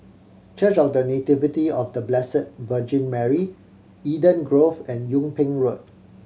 Church of The Nativity of The Blessed Virgin Mary Eden Grove and Yung Ping Road